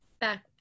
back